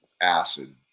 acid